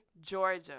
Georgia